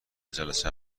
جلسه